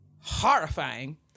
horrifying